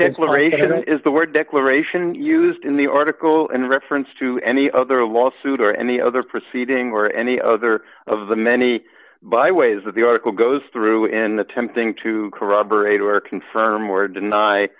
liberated is the word declaration used in the article in reference to any other lawsuit or any other proceeding or any other of the many byways that the article goes through in attempting to corroborate or confirm or deny